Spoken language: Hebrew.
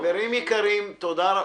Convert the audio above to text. חברים יקרים, תודה.